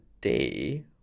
day